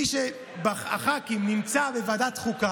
מי מהח"כים שנמצא בוועדת חוקה,